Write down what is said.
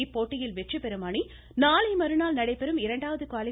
இப்போட்டியில் வெற்றிபெறும் அணி நாளை மறுநாள் நடைபெறும் இரண்டாவது குவாலி